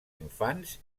infants